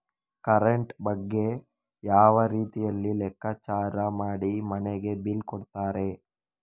Current ಬಗ್ಗೆ ಯಾವ ರೀತಿಯಲ್ಲಿ ಲೆಕ್ಕಚಾರ ಮಾಡಿ ಮನೆಗೆ ಬಿಲ್ ಕೊಡುತ್ತಾರೆ?